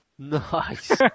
Nice